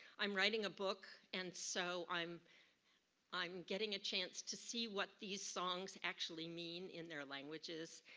i'm writing a book and so, i'm i'm getting a chance to see what these songs actually mean in their languages.